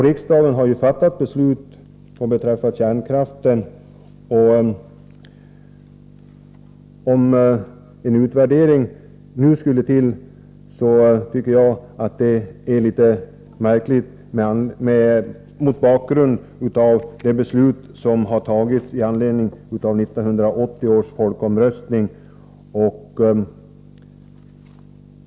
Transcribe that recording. Riksdagen har ju fattat beslut om kärnkraften med anledning av 1980 års folkomröstning, och om en utvärdering nu skulle till, tycker jag att det vore litet märkligt mot den bakgrunden.